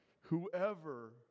whoever